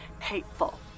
hateful